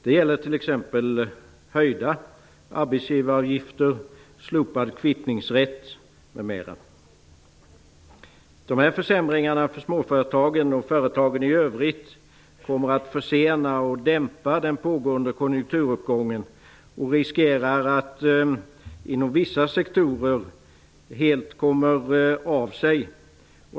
Det gäller t.ex. höjda arbetsgivaravgifter och slopad kvittningsrätt. Dessa försämringar för småföretagen och övriga företag kommer att försena och dämpa den pågående konjunkturuppgången, och det finns risk för att den inom vissa sektorer helt kommer av sig.